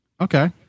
Okay